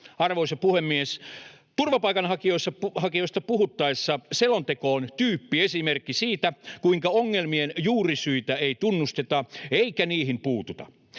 Arvoisa puhemies! Turvapaikanhakijoista puhuttaessa selonteko on tyyppiesimerkki siitä, kuinka ongelmien juurisyitä ei tunnusteta eikä niihin puututa.